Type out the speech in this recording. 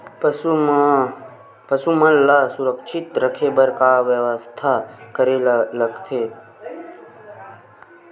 पशु मन ल सुरक्षित रखे बर का बेवस्था करेला लगथे?